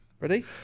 Ready